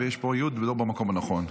ויש פה יו"ד במקום הלא-הנכון.